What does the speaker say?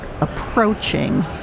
approaching